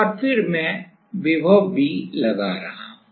और फिर मैं विभव V लगा रहा हूं